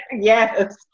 Yes